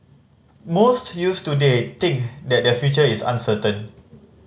most youths today think that their future is uncertain